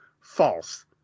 False